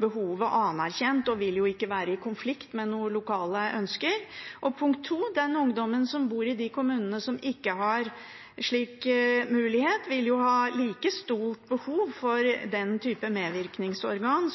Behovet er altså anerkjent og vil ikke være i konflikt med noen lokale ønsker. Og punkt 2: Den ungdommen som bor i en kommune som ikke har etablert en slik mulighet, vil jo ha like stort behov for den type medvirkningsorgan